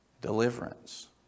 Deliverance